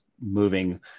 moving